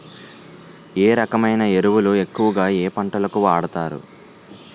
ఏ రకమైన ఎరువులు ఎక్కువుగా ఏ పంటలకు వాడతారు?